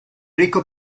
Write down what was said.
ricco